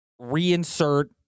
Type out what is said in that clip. reinsert